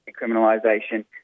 decriminalisation